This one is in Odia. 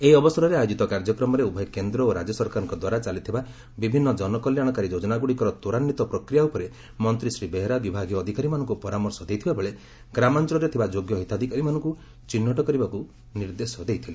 ଏହି ଅବସରରେ ଆୟୋଜିତ କାର୍ଯ୍ୟକ୍ରମରେ ଉଭୟ କେନ୍ଦ୍ ଓ ରାଜ୍ୟ ସରକାରଙ୍କ ଦ୍ୱାରା ଚାଲିଥିବା ବିଭିନ୍ନ ଜନକଲ୍ୟାଶକାରୀ ଯୋଜନାଗୁଡ଼ିକର ତ୍ୱରାନ୍ୱିତ ପ୍ରକ୍ରିୟା ଉପରେ ମନ୍ତୀ ଶ୍ରୀ ବେହେରା ବିଭାଗୀୟ ଅଧିକାରୀମାନଙ୍କୁ ପରାମର୍ଶ ଦେଇଥିବାବେଳେ ଗ୍ରାମାଞ୍ଞଳରେ ଥିବା ଯୋଗ୍ୟ ହିତାଧିକାରୀମାନଙ୍କୁ ଚିହ୍ବଟ କରିବାକୁ ନେଇ ନିର୍ଦ୍ଦେଶ ଦେଇଥିଲେ